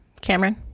Cameron